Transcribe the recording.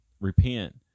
repent